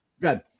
good